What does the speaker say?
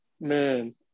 Man